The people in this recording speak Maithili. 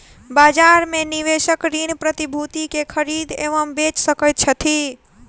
बजार में निवेशक ऋण प्रतिभूति के खरीद एवं बेच सकैत छथि